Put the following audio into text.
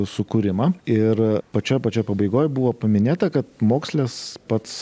sukūrimą ir pačioj pačioj pabaigoj buvo paminėta kad mokslas pats